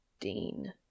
Dean